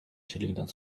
cheerleading